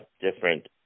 different